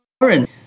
foreign